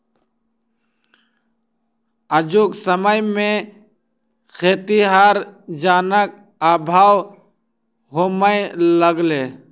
आजुक समय मे खेतीहर जनक अभाव होमय लगलै